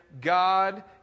God